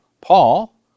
Paul